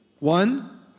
One